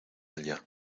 allá